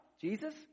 Jesus